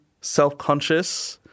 self-conscious